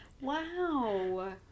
Wow